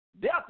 Death